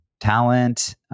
talent